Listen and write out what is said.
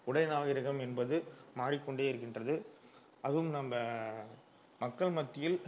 உடை நாகரீகம் என்பது மாறிக்கொண்டே இருக்கின்றது அதுவும் நம்ப மக்கள் மத்தியில்